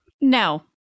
No